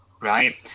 right